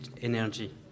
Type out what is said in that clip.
energy